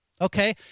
okay